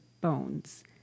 bones